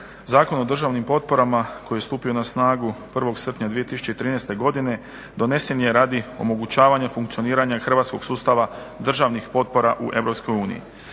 Zakon o državnim potporama koji je stupio na snagu 1. srpnja 2013. godine donesen je radi omogućavanja funkcioniranja hrvatskog sustava državnih potpora u